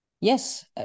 Yes